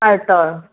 ছাৰ্টৰ